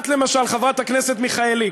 את, למשל, חברת הכנסת מיכאלי.